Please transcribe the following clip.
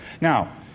Now